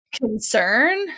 concern